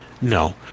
no